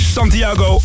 Santiago